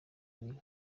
mubiri